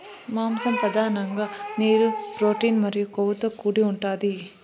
మాంసం పధానంగా నీరు, ప్రోటీన్ మరియు కొవ్వుతో కూడి ఉంటాది